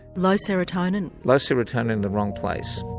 low serotonin? low serotonin in the wrong place.